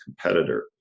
competitor